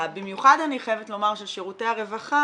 במיוחד אני חייבת לומר של שירותי הרווחה,